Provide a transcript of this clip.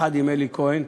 יחד עם אלי כהן,